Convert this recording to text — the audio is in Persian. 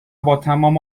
باتمام